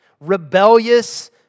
rebellious